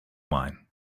mine